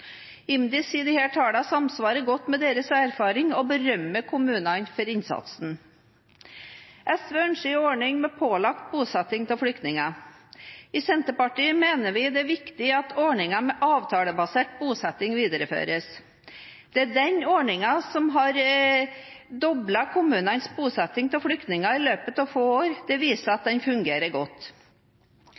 samsvarer godt med deres erfaringer, og berømmer kommunene for innsatsen. SV ønsker en ordning med pålagt bosetting av flyktninger. I Senterpartiet mener vi det er viktig at ordningen med avtalebasert bosetting videreføres. Det er den ordningen som har doblet kommunenes bosetting av flyktninger i løpet av få år. Det viser at den fungerer godt.